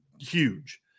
huge